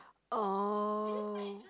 oh